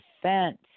defense